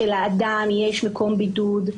שלאדם יש מקום בידוד.